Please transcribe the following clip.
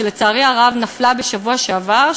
שלצערי הרב נפלה בשבוע שעבר,